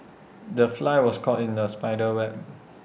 the fly was caught in the spider's web